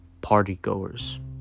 partygoers